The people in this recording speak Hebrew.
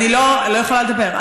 אני לא יכולה לדבר.